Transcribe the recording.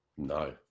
No